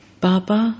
Baba